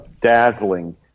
dazzling